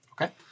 Okay